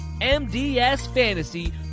MDSFANTASY